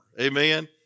Amen